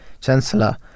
chancellor